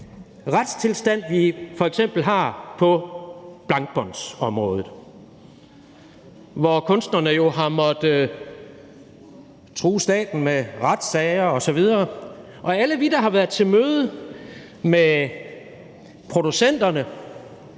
retstilstand, vi f.eks. har på blankbåndsområdet, hvor kunsterne har måttet true staten med retssager osv. Og alle os, der har været til møde med producenterne